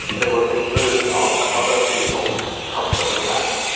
they were being moved on to other people's customary land.